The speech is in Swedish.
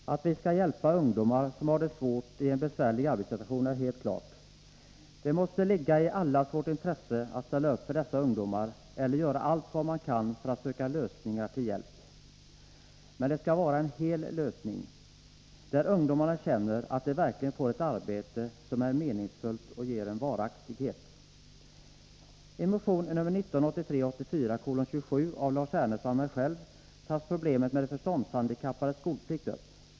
Fru talman! Att vi skall hjälpa ungdomar som har en besvärlig arbetssituation är helt klart. Det måste ligga i allas vårt intresse att ställa upp för dessa ungdomar och göra allt vad vi kan för att söka lösningar som är till deras hjälp. Men det skall vara hela lösningar, där ungdomarna känner att de verkligen får ett arbete som är meningsfullt och varaktigt. I motion 1983/84:27 av Lars Ernestam och mig tar vi upp problemet med de förståndshandikappades skolplikt.